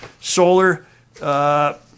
Solar